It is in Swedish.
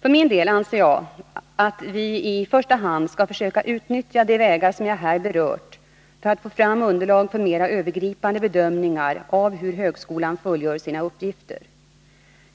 För min del anser jag att vi i första hand skall försöka utnyttja de vägar som jag här har berört för att få fram underlag för mera övergripande bedömningar av hur högskolan fullgör sina uppgifter.